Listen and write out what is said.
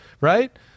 right